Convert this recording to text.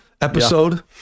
episode